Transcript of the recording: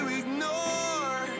ignore